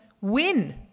win